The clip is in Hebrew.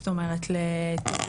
זאת אומרת לתרגום.